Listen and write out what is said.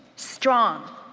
strong,